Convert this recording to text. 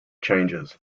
changes